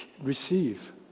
receive